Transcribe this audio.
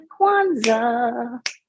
Kwanzaa